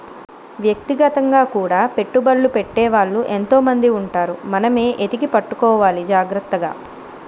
వ్యక్తిగతంగా కూడా పెట్టుబడ్లు పెట్టే వాళ్ళు ఎంతో మంది ఉంటారు మనమే ఎతికి పట్టుకోవాలి జాగ్రత్తగా